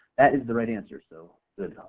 that is the right answer so good,